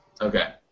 Okay